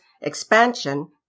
expansion